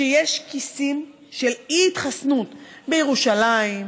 שיש כיסים של אי-התחסנות, בירושלים,